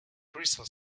crystal